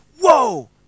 whoa